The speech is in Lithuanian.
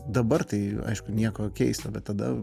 dabar tai aišku nieko keista bet tada